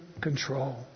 control